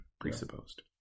presupposed